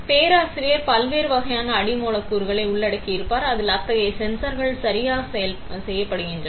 எனவே பேராசிரியர் பல்வேறு வகையான அடி மூலக்கூறுகளை உள்ளடக்கியிருப்பார் அதில் அத்தகைய சென்சார்கள் சரியாக செய்யப்படுகின்றன